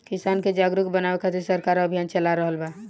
किसान के जागरुक बानवे खातिर सरकार अभियान चला रहल बा